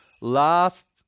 last